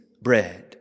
bread